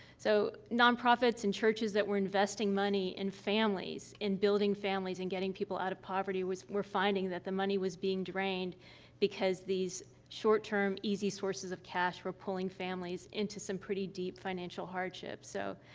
so, nonprofits and churches that were investing money in and families, in building families and getting people out of poverty, was were finding that the money was being drained because these short-term, easy sources of cash were pulling families into some pretty deep financial hardship. so,